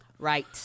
Right